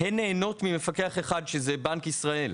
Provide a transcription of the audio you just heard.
הן נהנות ממפקח אחד, שהוא בנק ישראל.